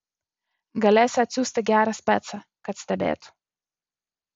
galėsi atsiųsti gerą specą kad stebėtų